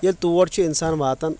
ییٚلہِ تور چھُ انسان واتان